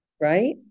right